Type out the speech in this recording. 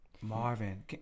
Marvin